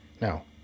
Now